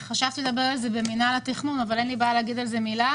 חשבתי לדבר על זה במינהל התכנון אבל אין לי בעיה להגיד על זה מילה.